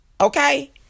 okay